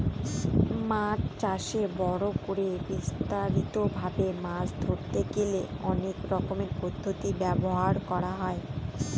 মাছ চাষে বড় করে বিস্তারিত ভাবে মাছ ধরতে গেলে অনেক রকমের পদ্ধতি ব্যবহার করা হয়